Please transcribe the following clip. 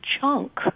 chunk